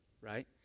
right